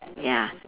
ya